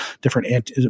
different